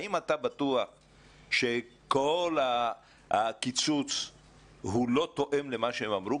האם אתה בטוח שכל הקיצוץ לא תואם למה שהם אמרו?